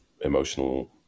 emotional